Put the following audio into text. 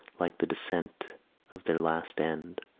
like the descent of their last end,